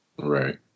Right